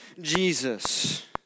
Jesus